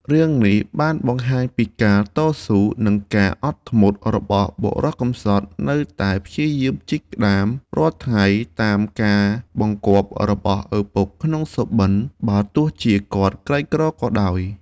រឿងនេះបានបង្ហាញពីការតស៊ូ និងការអត់ធ្មត់របស់បុរសកំសត់នៅតែព្យាយាមជីកក្ដាមរាល់ថ្ងៃតាមការបង្គាប់របស់ឪពុកក្នុងសុបិន បើទោះជាគាត់ក្រីក្រក៏ដោយ។